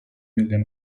million